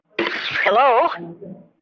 Hello